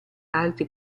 alti